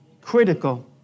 critical